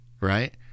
right